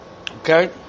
Okay